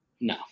No